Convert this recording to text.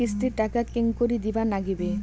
কিস্তির টাকা কেঙ্গকরি দিবার নাগীবে?